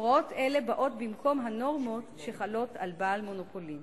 הוראות אלה באות במקום הנורמות שחלות על בעל מונופולין.